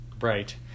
Right